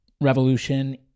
revolution